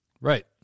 Right